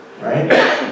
right